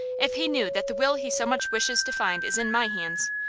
if he knew that the will he so much wishes to find is in my hands,